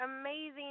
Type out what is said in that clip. amazing